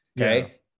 Okay